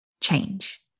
change